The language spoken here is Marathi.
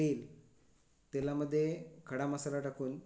तेल तेलामध्ये खडा मसाला टाकून